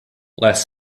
less